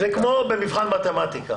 זה כמו במבחן מתמטיקה.